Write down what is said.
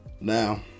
now